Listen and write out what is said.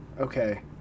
Okay